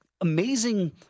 amazing